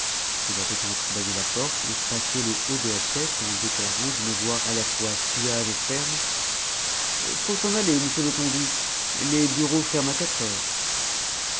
il avait entrebâillé la porte et passé le haut de la tête en déclarant d'une voix à la fois suave et ferme faut s'en aller monsieur letondu les bureaux ferment à quatre heures